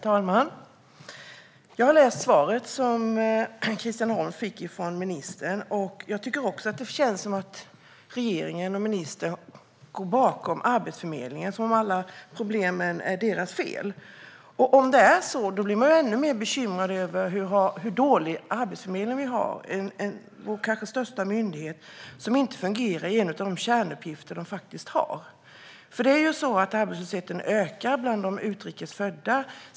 Herr talman! Jag har läst svaret som Christian Holm Barenfeld fick av ministern. Jag tycker också att det känns som att regeringen och ministern gömmer sig bakom Arbetsförmedlingen; som att alla problem är Arbetsförmedlingens fel. Om det är så, blir man ännu mer bekymrad över att vi har en så dålig Arbetsförmedling - kanske vår största myndighet - där man inte klarar av att sköta en av de kärnuppgifter som man faktiskt har. Arbetslösheten ökar bland de utrikes födda.